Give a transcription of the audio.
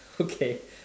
okay